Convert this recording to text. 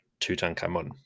Tutankhamun